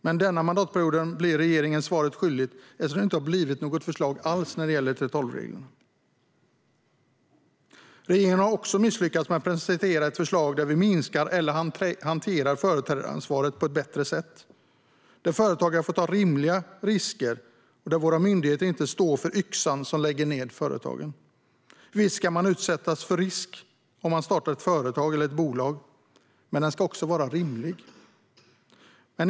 Men denna mandatperiod blir regeringen svaret skyldig, eftersom det inte blev något förslag alls när det gäller 3:12-reglerna. Regeringen har också misslyckats med att presentera ett förslag där vi minskar eller hanterar företrädaransvaret på ett bättre sätt, så att företagaren får ta rimliga risker och våra myndigheter inte blir yxan som fäller företagen. Visst ska man utsättas för risk om man startar ett företag, men den ska vara rimlig.